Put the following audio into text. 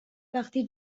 وقتی